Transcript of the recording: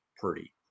Purdy